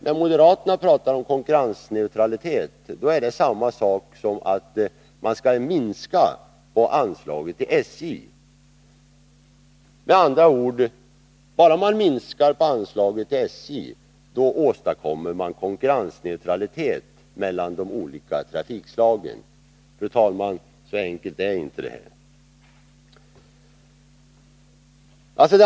När moderaterna talar om konkurrensneutralitet är det samma sak som att minska anslaget till SJ: bara man minskar anslaget till SJ åstadkommer man konkurrensneutralitet mellan de olika trafikslagen. Så enkelt är inte problemet.